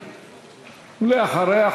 ואחריה,